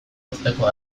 uzteko